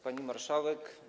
Pani Marszałek!